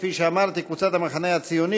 איציק שמולי,